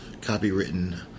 copywritten